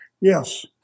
Yes